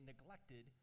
neglected